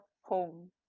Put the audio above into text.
home